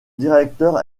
directeur